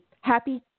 happy